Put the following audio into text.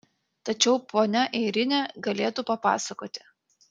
tačiau ponia airinė galėtų papasakoti